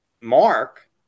mark